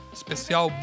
especial